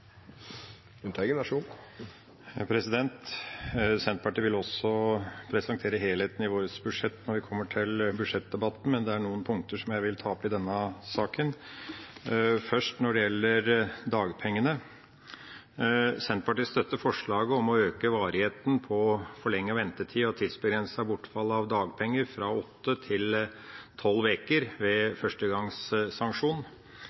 Senterpartiet vil også presentere helheten i vårt budsjett når vi kommer til budsjettdebatten, men det er noen punkter som jeg vil ta opp under denne saken. Først når det gjelder dagpengene: Senterpartiet støtter forslaget om å øke varigheten på forlenget ventetid og tidsbegrenset bortfall av dagpenger fra åtte til tolv uker ved